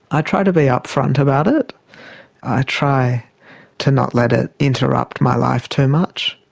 i try to be up-front about it. i try to not let it interrupt my life too much.